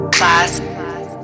Class